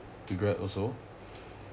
regret also